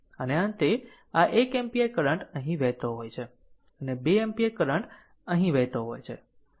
અને અંતે આ 1 એમ્પીયર કરંટ અહીં વહેતો હોય છે અને 2 એમ્પીયર કરંટ અહીં વહેતો હોય છે